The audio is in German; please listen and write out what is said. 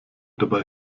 dabei